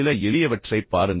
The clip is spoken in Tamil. சில எளியவற்றைப் பாருங்கள்